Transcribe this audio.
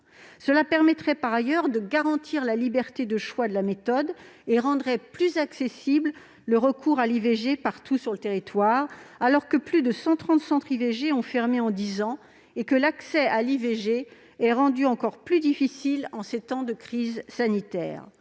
Elle permettrait par ailleurs de garantir la liberté de choix de la méthode et rendrait plus accessible le recours à l'IVG partout sur le territoire, alors que plus de 130 centres IVG ont fermé en dix ans et que l'accès à celui-ci est rendu encore plus difficile en ces temps de crise sanitaire.